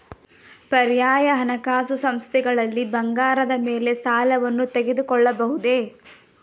ಪರ್ಯಾಯ ಹಣಕಾಸು ಸಂಸ್ಥೆಗಳಲ್ಲಿ ಬಂಗಾರದ ಮೇಲೆ ಸಾಲವನ್ನು ತೆಗೆದುಕೊಳ್ಳಬಹುದೇ?